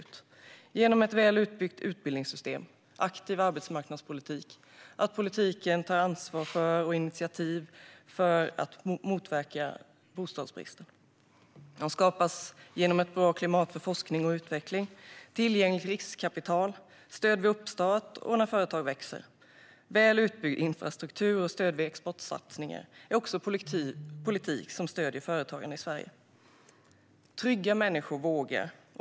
Det handlar om ett väl utbyggt utbildningssystem, om en aktiv arbetsmarknadspolitik och om att politiken tar ansvar för och tar initiativ för att motverka bostadsbristen. Goda förutsättningar skapas genom ett bra klimat för forskning och utveckling, tillgängligt riskkapital och stöd vid uppstart och när företag växer. En väl utbyggd infrastruktur och stöd vid exportsatsningar är också politik som stöder företagande i Sverige. Trygga människor vågar.